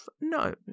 no